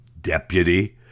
deputy